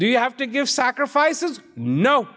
do you have to give sacrifice is no